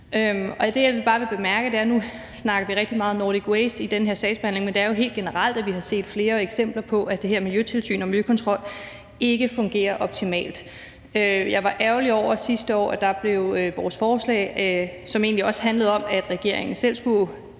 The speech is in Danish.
på miljø- og naturområdet. Nu snakker vi rigtig meget om Nordic Waste i den her sags behandling, men det er jo helt generelt, at vi har set flere eksempler på, at det her miljøtilsyn og den her miljøkontrol ikke fungerer optimalt. Jeg var sidste år ærgerlig over, at vores forslag, som egentlig også handlede om, at regeringen selv skulle indkalde